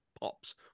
pops